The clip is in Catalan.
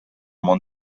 món